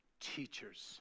teachers